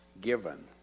given